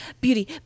Beauty